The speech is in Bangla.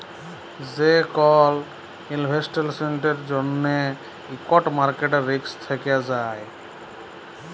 যে কল ইলভেস্টমেল্টের জ্যনহে ইকট মার্কেট রিস্ক থ্যাকে যায়